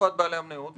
באסיפת בעלי המניות.